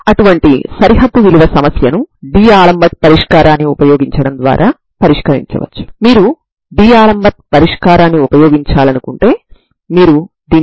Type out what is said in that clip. λ0 అయినప్పుడు మీరు non zero పరిష్కారాన్ని కలిగి ఉండరు